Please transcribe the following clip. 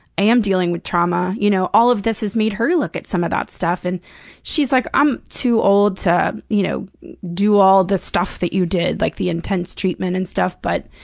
i am dealing with trauma. you know all of this has made her look at some of that stuff. and she's like, i'm too old to you know do all the stuff that you did, like, the intense treatment and stuff, but.